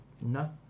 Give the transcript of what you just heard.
no